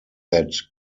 that